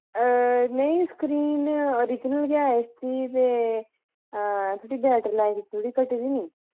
नेईं screen original गै इस्सी ते थोह्ड़ी बैटरी लाइफ थोह्ड़ी घटी दी निं